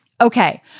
Okay